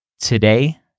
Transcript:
today